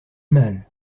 mal